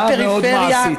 הצעה מאוד מעשית.